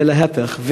ולהפך.